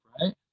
right